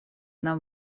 нам